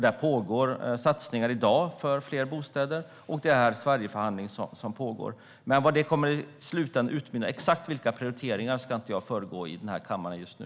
Det görs satsningar för fler bostäder i dag, och Sverigeförhandlingen pågår. Exakt vilka prioriteringar detta kommer att utmynna i ska jag inte föregripa i den här kammaren just nu.